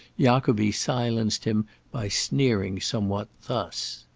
jacobi silenced him by sneering somewhat thus